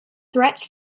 threats